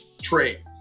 trade